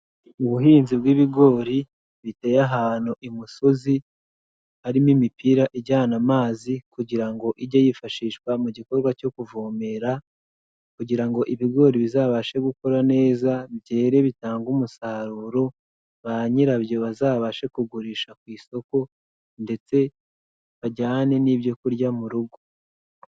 Ubuhinzi bw'ibigori biteye ahantu imusozi, harimo imipira ijyana amazi kugira ngo ijye yifashishwa mu gikorwa cyo kuvomera, kugirango ibigori bizabashe gukora neza, byere bitangage umusaruro, ba nyirabyo bazabashe kugurisha ku isoko ndetse bajyane n'ibyoku kurya mu rugo.